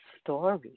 story